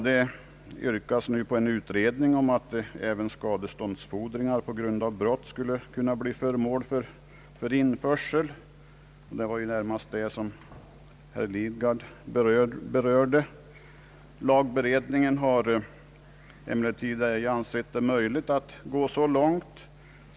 Det yrkas nu på en utredning av frågan om även skadeståndsfordringar på grund av brott skall kunna bli föremål för införsel — det var väl närmast detta som herr Lidgard talade för i sitt anförande. Lagberedningen har emellertid ej ansett det möjligt att gå så långt.